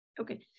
Okay